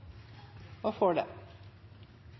hva vil det